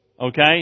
Okay